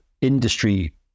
industry